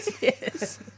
Yes